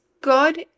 God